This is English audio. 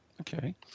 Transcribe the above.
Okay